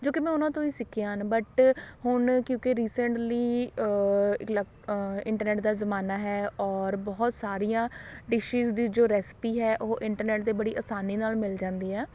ਜੋ ਕਿ ਮੈਂ ਉਹਨਾਂ ਤੋਂ ਹੀ ਸਿੱਖੀਆਂ ਹਨ ਬਟ ਹੁਣ ਕਿਉਂਕਿ ਰੀਸੈਂਟਲੀ ਇਲੈਕ ਇੰਟਰਨੈੱਟ ਦਾ ਜ਼ਮਾਨਾ ਹੈ ਔਰ ਬਹੁਤ ਸਾਰੀਆਂ ਡਿਸ਼ਿਜ਼ ਦੀ ਜੋ ਰੈਸਪੀ ਹੈ ਉਹ ਇੰਟਰਨੈੱਟ 'ਤੇ ਬੜੀ ਆਸਾਨੀ ਨਾਲ ਮਿਲ ਜਾਂਦੀ ਆ